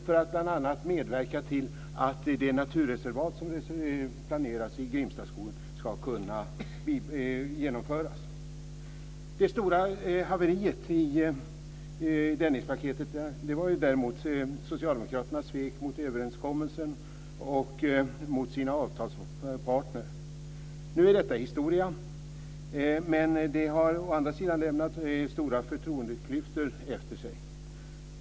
Det skulle bl.a. medverka till att naturreservatet som planerades i Grimstaskogen skulle kunna genomföras. Det stora haveriet i Dennispaketet var däremot socialdemokraternas svek mot överenskommelsen mot sina avtalspartner. Nu är detta historia, men det har lämnat stora förtroendeklyftor efter sig.